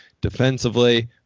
defensively